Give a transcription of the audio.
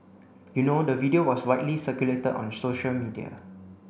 you know the video was widely circulated on social media